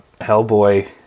Hellboy